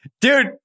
Dude